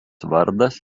vardas